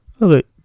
Okay